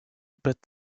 but